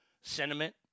sentiment